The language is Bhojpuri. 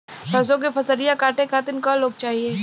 सरसो के फसलिया कांटे खातिन क लोग चाहिए?